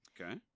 okay